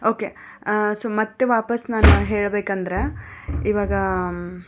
okay so ಮತ್ತೆ ವಾಪಸ್ಸು ನಾನು ಹೇಳಬೇಕಂದ್ರೆ ಈವಾಗ